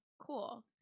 cool